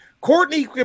Courtney